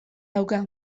dauka